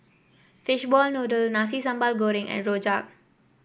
Fishball Noodle Nasi Sambal Goreng and rojak